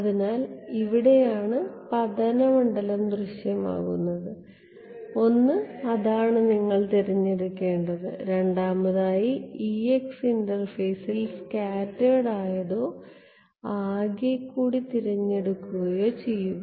അതിനാൽ ഇവിടെയാണ് പതന മണ്ഡലം ദൃശ്യമാകുന്നത് ഒന്ന് അതാണ് നിങ്ങൾ തിരഞ്ഞെടുക്കേണ്ടത് രണ്ടാമതായി ഇന്റർഫേസിൽ സ്കാറ്റേർഡ് ആയതോ ആകെക്കൂടി തിരഞ്ഞെടുക്കുകയോ ചെയ്യുക